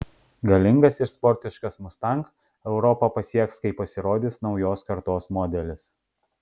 galingas ir sportiškas mustang europą pasieks kai pasirodys naujos kartos modelis